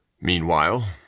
meanwhile